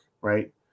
right